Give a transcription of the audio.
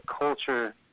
culture